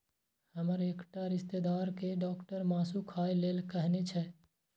हमर एकटा रिश्तेदार कें डॉक्टर मासु खाय लेल कहने छै